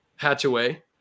Hatchaway